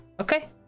okay